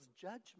judgment